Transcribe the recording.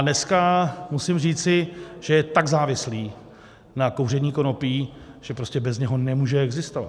Dneska musím říci, že je tak závislý na kouření konopí, že prostě bez něho nemůže existovat.